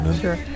Sure